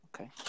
okay